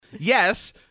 Yes